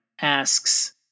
asks